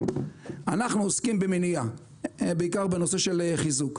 אנחנו עוסקים במניעה, בעיקר בנושא של חיזוק.